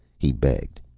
he begged,